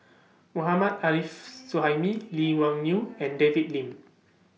Mohammad Arif Suhaimi Lee Wung Yew and David Lim